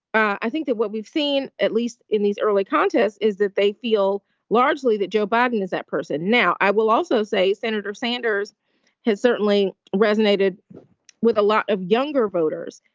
i think that what we've seen, at least in these early contests, is that they feel largely that joe biden is that person. now, i will also say senator sanders has certainly resonated with a lot of younger voters,